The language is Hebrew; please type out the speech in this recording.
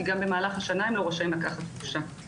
גם במהלך השנה הם לא רשאים לקחת חופשה.